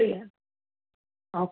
ഫ്രീയാണ് ഓക്കെ